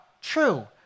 True